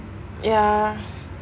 ya